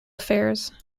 affairs